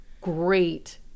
great